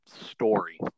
story